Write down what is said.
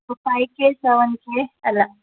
ఒక five K seven K అలా